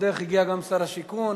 לכבודך הגיע גם שר השיכון.